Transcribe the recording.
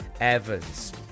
Evans